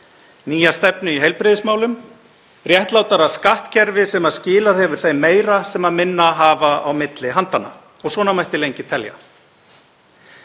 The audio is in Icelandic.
nýja stefnu í heilbrigðismálum, réttlátara skattkerfi sem skilað hefur þeim meira sem minna hafa á milli handanna, og svona mætti lengi telja.